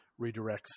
redirects